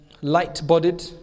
light-bodied